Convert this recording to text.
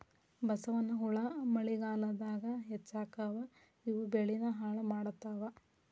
ಬಸವನಹುಳಾ ಮಳಿಗಾಲದಾಗ ಹೆಚ್ಚಕ್ಕಾವ ಇವು ಬೆಳಿನ ಹಾಳ ಮಾಡತಾವ